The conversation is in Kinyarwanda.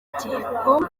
igihecom